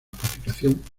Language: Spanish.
fabricación